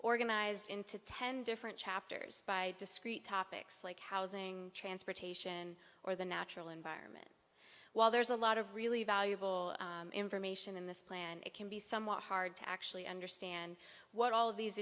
organized into ten different chapters by discrete topics like housing transportation or the natural environment while there's a lot of really valuable information in this plan it can be somewhat hard to actually understand what all of these